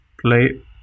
play